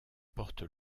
porte